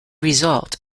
result